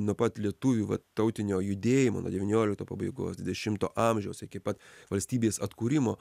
nuo pat lietuvių vat tautinio judėjimo nuo devyniolikto pabaigos dvidešimto amžiaus iki pat valstybės atkūrimo